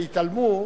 והתעלמו.